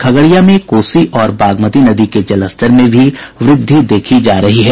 खगड़िया में कोसी और बागमती नदी के जलस्तर में भी व्रद्धि देखी जा रही है